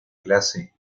clase